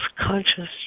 conscious